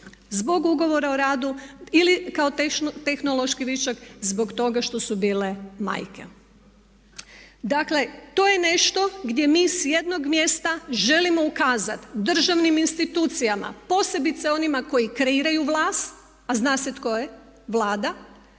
zbog ugovora o radu ili kao tehnološki višak zbog toga što su bile majke. Dakle, to je nešto gdje mi s jednom mjesta želimo ukazati državnim institucijama posebice onima koji kreiraju vlast a zna se tko je, Vlada